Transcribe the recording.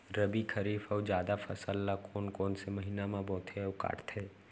रबि, खरीफ अऊ जादा फसल ल कोन कोन से महीना म बोथे अऊ काटते?